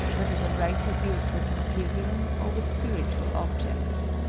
whether the writer deals with material or with spiritual objects.